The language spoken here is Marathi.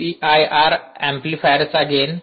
पी आय आर अँप्लिफायरचा गेन